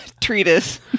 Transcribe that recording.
treatise